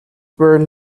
were